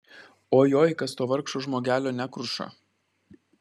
ojoj kas to vargšo žmogelio nekruša